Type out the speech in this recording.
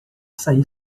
sair